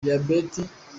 diyabeti